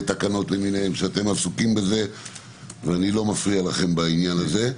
תקנות למיניהן שאתם עסוקים בזה - ואני לא מפריע לכם בעניין הזה,